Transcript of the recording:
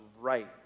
right